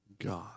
God